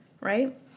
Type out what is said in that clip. right